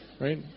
right